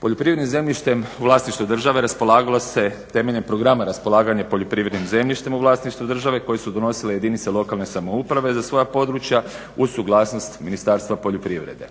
Poljoprivrednim zemljištem u vlasništvu države raspolagalo se temeljem Programa raspolaganja poljoprivrednim zemljištem u vlasništvu države koji su donosile jedinice lokalne samouprave za svoja područja uz suglasnost Ministarstvo poljoprivrede.